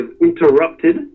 interrupted